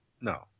No